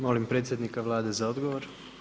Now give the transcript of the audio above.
Molim predsjednika Vlade za odgovor.